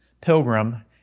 pilgrim